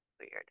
weird